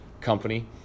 company